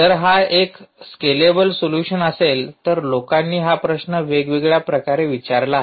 जर हा एक स्केलेबल सोल्यूशन असेल तर लोकांनी हा प्रश्न वेगवेगळ्या प्रकारे विचारला आहे